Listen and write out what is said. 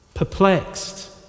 perplexed